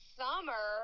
summer